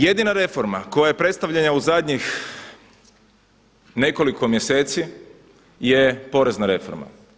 Jedina reforma koja je predstavljena u zadnjih nekoliko mjeseci je porezna reforma.